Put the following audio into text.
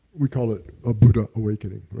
we call it a buddha awakening.